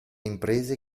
imprese